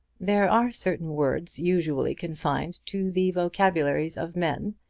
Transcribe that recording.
there are certain words usually confined to the vocabularies of men,